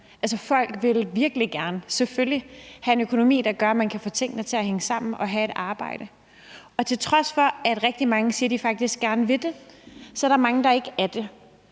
folk vil virkelig gerne, selvfølgelig, have en økonomi, der gør, at man kan få tingene til at hænge sammen og have et arbejde. Til trods for at rigtig mange siger, de faktisk gerne vil det, er der mange, der ikke er det,